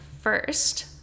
first